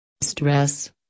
stress